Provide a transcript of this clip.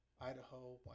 Idaho